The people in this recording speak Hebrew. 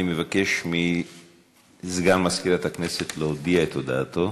אני מבקש מסגן מזכירת הכנסת להודיע את הודעתו.